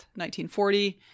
1940